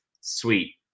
sweet